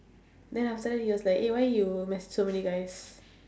then after that he was like eh why you message so many guys